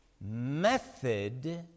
method